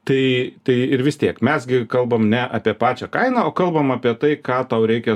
tai tai ir vis tiek mes gi kalbam ne apie pačią kainą o kalbam apie tai ką tau reikia